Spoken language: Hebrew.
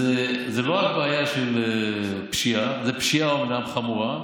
זו לא רק בעיה של פשיעה, אומנם זאת